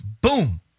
Boom